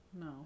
No